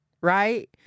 right